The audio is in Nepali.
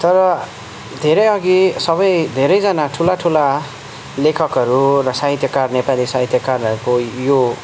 तर धेरै अघि सबै धेरै जना ठुला ठुला लेखकहरू र साहित्यकार नेपाली साहित्यकारहरूको यो